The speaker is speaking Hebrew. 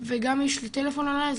וגם יש לי טלפון עליי,